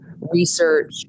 research